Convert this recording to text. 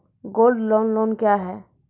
Gold loan loan क्या हैं?